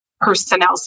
personnel